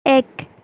এক